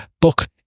book